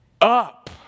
up